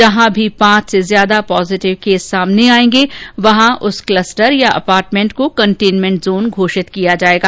जहां भी पांच से अधिक पॉजिटेव केस सामने आएंगे वहां उस क्लस्टर या अपार्टमेंट को कटेनमेंट जोन घोषित किया जाएगा